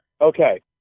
Okay